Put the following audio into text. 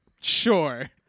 Sure